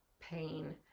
pain